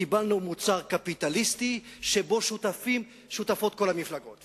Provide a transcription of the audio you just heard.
וקיבלנו מוצר קפיטליסטי שבו שותפות כל המפלגות.